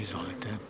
Izvolite.